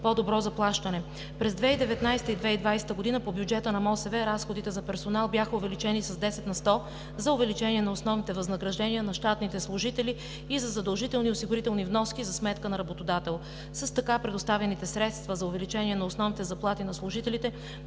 по-добро заплащане. През 2019 г. и 2020 г. по бюджета на МОСВ разходите за персонал бяха увеличени с 10 на сто за увеличение на основните възнаграждения на щатните служители и за задължителни осигурителни вноски за сметка на работодател. С така предоставените средства за увеличение на основните заплати на служителите